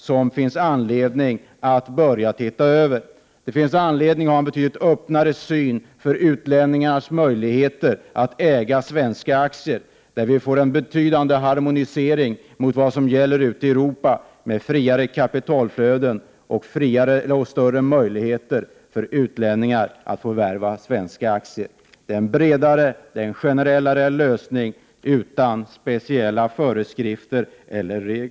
Det finns anledning att ha en betydligt öppnare syn på utlänningars möjligheter att äga svenska aktier, där vi får en betydande harmonisering i linje med vad som gäller ute i Europa med friare kapitalflöden och friare och större möjligheter för utlänning att förvärva svenska aktier. Det är en bredare och mer generell lösning utan speciella föreskrifter eller regler.